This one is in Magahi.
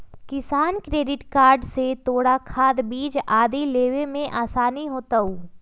किसान क्रेडिट कार्ड से तोरा खाद, बीज आदि लेवे में आसानी होतउ